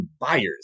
buyers